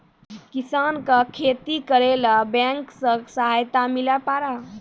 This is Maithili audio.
किसान का खेती करेला बैंक से सहायता मिला पारा?